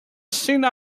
scene